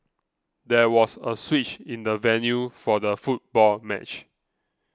there was a switch in the venue for the football match